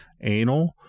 Anal